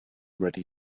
ready